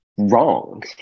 Wrong